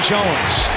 Jones